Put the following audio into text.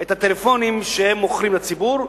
את הטלפונים שהן מוכרות לציבור,